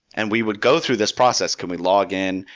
and we would go through this process, can we login?